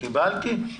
למרות שהרבה הסתייגו שם.